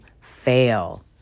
fail